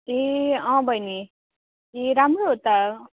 ए अँ बहिनी ए राम्रो हो त